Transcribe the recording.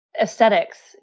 aesthetics